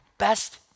best